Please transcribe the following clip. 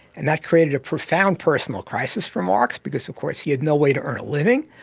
and that created a profound personal crisis for marx because of course he had no way to earn a living,